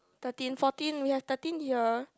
thirteen fourteen we have thirteen here